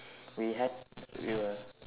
we had we were